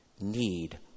need